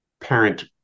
parent